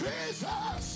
Jesus